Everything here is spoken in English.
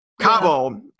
cabo